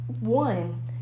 one